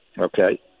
okay